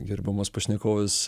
gerbiamos pašnekovės